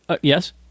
yes